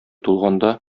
тулганда